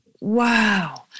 wow